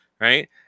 right